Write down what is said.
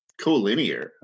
collinear